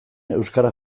euskara